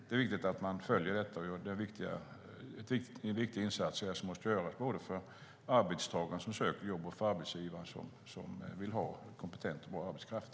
Det är viktigt att man följer detta, och det är viktiga insatser som måste göras, både för arbetstagaren som söker jobb och för arbetsgivaren som vill ha kompetent och bra arbetskraft.